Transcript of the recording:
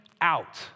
out